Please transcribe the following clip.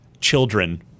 children